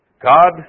God